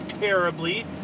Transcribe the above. terribly